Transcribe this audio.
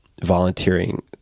volunteering